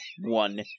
one